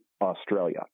Australia